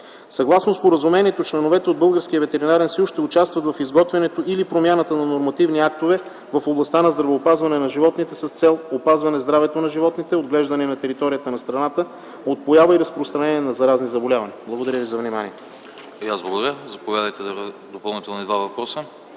Съгласно споразумението, членовете от Българския ветеринарен съюз ще участват в изготвянето или промяната на нормативни актове в областта на здравеопазване на животните с цел опазване здравето на животните, отглеждани на територията на страната от поява и разпространение на заразни заболявания. Благодаря ви за вниманието.